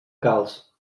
calç